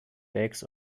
backs